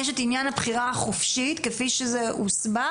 יש את עניין הבחירה החופשית כפי שזה הוסבר